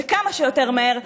וכמה שיותר מהר,